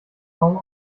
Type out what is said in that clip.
kaum